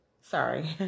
Sorry